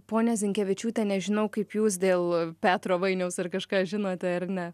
ponia zinkevičiūte nežinau kaip jūs dėl petro vainiaus ar kažką žinote ar ne